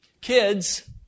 kids